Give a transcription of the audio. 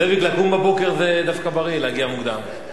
זאביק, לקום בבוקר זה דווקא בריא, להגיע מוקדם.